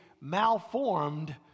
malformed